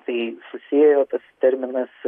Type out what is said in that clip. tai susiėjo tas terminas